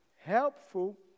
helpful